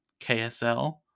KSL